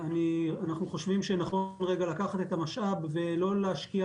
אנחנו חושבים שנכון כרגע לקחת את המשאב ולא להשקיע